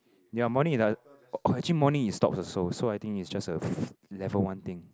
in the morning morning is stalk also so I think is just a level one thing